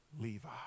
Levi